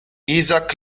isaac